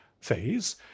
phase